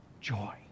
joy